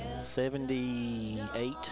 Seventy-eight